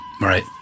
Right